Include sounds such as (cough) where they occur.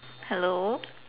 hello (laughs)